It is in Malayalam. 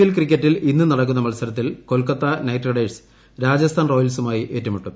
എൽ ക്രിക്കറ്റിൽ ഇന്ന് നടക്കുന്ന മത്സരത്തിൽ കൊൽക്കത്ത നൈറ്റ് റൈഡേഴ്സ് രാജസ്ഥാൻ റോയൽസുമായി ഏറ്റുമുട്ടും